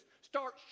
start